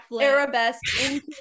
arabesque